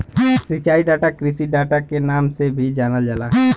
सिंचाई डाटा कृषि डाटा के नाम से भी जानल जाला